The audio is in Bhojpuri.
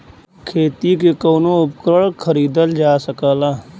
खेती के कउनो उपकरण खरीदल जा सकला